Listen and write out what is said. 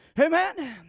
Amen